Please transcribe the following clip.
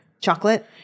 Chocolate